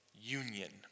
union